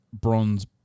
bronze